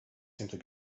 simply